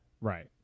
Right